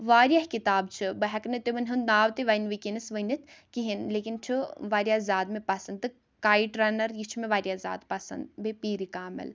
واریاہ کِتاب چھِ بہٕ ہیٚکہٕ نہٕ تِمَن ہُنٛد ناو تہِ وَنۍ وٕنکیٚنَس ؤنِتھ کِہیٖنۍ لیکِن چھُ واریاہ زیادٕ مےٚ پَسنٛد تہٕ کایٹ رَنَر یہِ چھِ مےٚ واریاہ زیادٕ پَسنٛد بیٚیہِ پیٖرِ کامِل